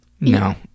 No